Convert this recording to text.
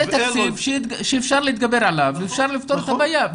זה תקציב שאפשר להתגבר עליו ואפשר לפתור את הבעיה.